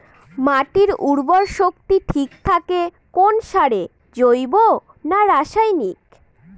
মাটির উর্বর শক্তি ঠিক থাকে কোন সারে জৈব না রাসায়নিক?